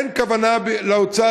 אין כוונה לאוצר,